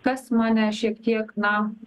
kas mane šiek tiek na